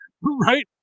Right